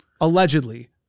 allegedly